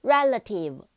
Relative